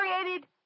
created